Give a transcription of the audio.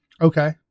Okay